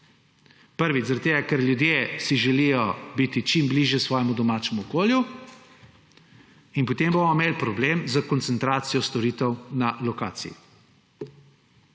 Prvič, ker ljudje si želijo biti čim bližje svojemu domačemu okolju in potem bomo imeli problem s koncentracijo storitev na lokaciji.